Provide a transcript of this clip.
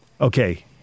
Okay